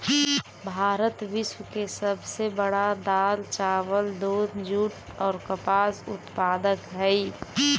भारत विश्व के सब से बड़ा दाल, चावल, दूध, जुट और कपास उत्पादक हई